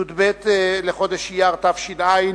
י"ב בחודש אייר תש"ע,